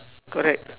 correct